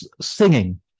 singing